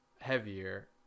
heavier